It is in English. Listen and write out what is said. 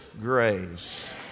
grace